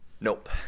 nope